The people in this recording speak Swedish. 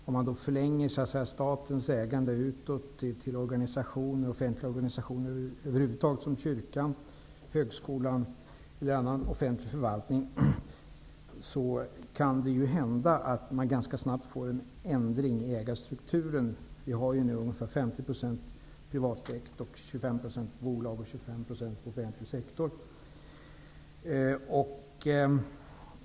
Om man då utsträcker statens ägande till offentliga organisationer över huvud taget såsom exempelvis kyrkan, högskolan eller annan offentlig förvaltning, kan det hända att man ganska snabbt får en ändring i ägarstrukturen. I dag är ca 50 % privatägt, 25 % är bolagsägt och 25 % ägs av offentlig sektor.